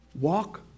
Walk